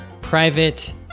Private